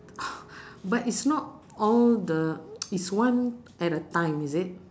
but it's not all the it's one at a time is it